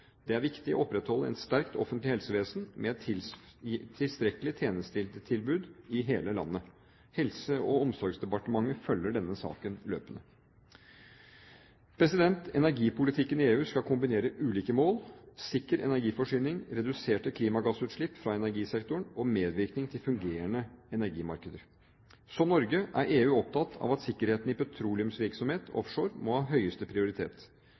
Det er viktig å opprettholde et sterkt offentlig helsevesen med et tilstrekkelig tjenestetilbud i hele landet. Helse- og omsorgsdepartementet følger denne saken løpende. Energipolitikken i EU skal kombinere ulike mål: sikker energiforsyning, reduserte klimagassutslipp fra energisektoren og medvirkning til fungerende energimarkeder. Som Norge er EU opptatt av at sikkerheten i petroleumsvirksomhet offshore må ha høyeste prioritet.